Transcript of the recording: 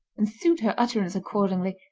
and suit her utterance accordingly.